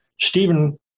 Stephen